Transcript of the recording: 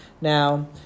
Now